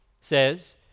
says